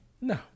no